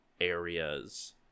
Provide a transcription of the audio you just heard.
areas